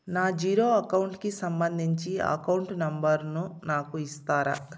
నా zero account కి సంబంధించి అకౌంట్ నెంబర్ ను నాకు ఇస్తారా